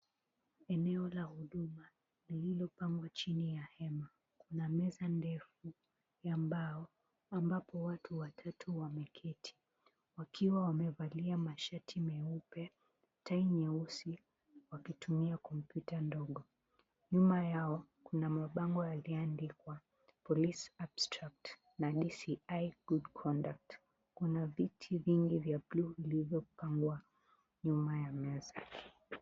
Eneo la huduma lililopangwa chini ya hema, kuna meza ndefu ya mbao ambapo watu watatu wameketi wakiwa wamevalia mashati meupe na tai nyeusi wakitumia kompyuta ndogo. Nyuma yao kuna mbango yaliyo andikwa 'POLICE ABSTRACT' na 'DCI GOOD CONUDUCT' . Kuna viti vingi vya blue vilivyopangwa nyuma yao.